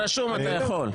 אתה רשום, אתה יכול.